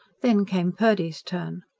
then came purdy's turn.